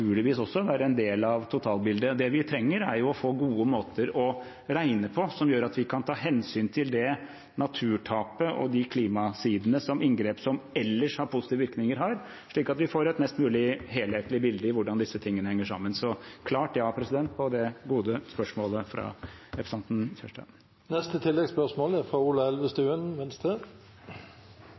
vi trenger, er å få gode måter å regne på som gjør at vi kan ta hensyn til det naturtapet og de klimasidene som inngrep som ellers har positive virkninger, gir, slik at vi får et mest mulig helhetlig bilde av hvordan disse tingene henger sammen. Det er et klart ja på det gode spørsmålet fra representanten Kjerstad. Ola Elvestuen – til oppfølgingsspørsmål. Statsråden begynte sitt svar tidligere med å vise til den avveiningen som er gjort fra